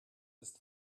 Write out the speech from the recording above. ist